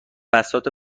بساط